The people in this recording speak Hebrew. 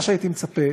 מה שהייתי מצפה,